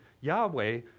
Yahweh